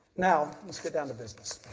now, let's get down to business.